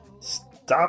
stop